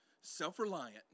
self-reliant